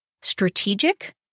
strategic